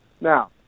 now